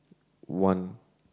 one